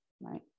Right